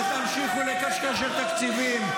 ותמשיכו לקשקש על תקציבים.